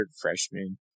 freshman